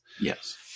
Yes